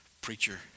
Preacher